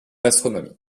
astronomie